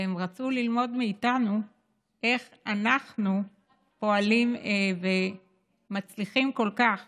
והם רצו ללמוד מאיתנו איך אנחנו פועלים ומצליחים כל כך